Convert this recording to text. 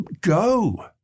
go